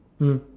mm